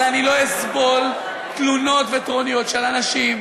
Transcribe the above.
אבל אני לא אסבול תלונות וטרוניות של אנשים,